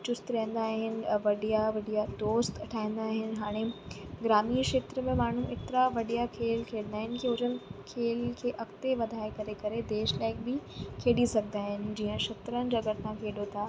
चुस्त रहंदा आहिनि वॾिया वॾिया दोस्त ठाहींदा आहिनि हाणे ग्रामीण खेत्र में माण्हू एतिरा बढ़िया खेलु खेलंदा आहिनि कि हू जिनि खेल खे अॻिते वधाए करे करे देश लाइ बि खेॾी सघंदा आहिनि जीअं शतरंज अगरि तव्हां खेलो था